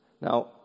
Now